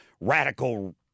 radical